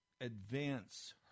advance